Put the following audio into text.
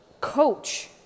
coach